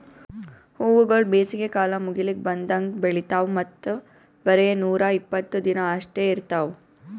ಹೂವುಗೊಳ್ ಬೇಸಿಗೆ ಕಾಲ ಮುಗಿಲುಕ್ ಬಂದಂಗ್ ಬೆಳಿತಾವ್ ಮತ್ತ ಬರೇ ನೂರಾ ಇಪ್ಪತ್ತು ದಿನ ಅಷ್ಟೆ ಇರ್ತಾವ್